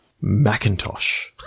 Macintosh